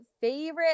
favorite